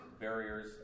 barriers